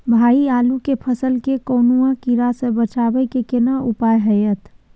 भाई आलू के फसल के कौनुआ कीरा से बचाबै के केना उपाय हैयत?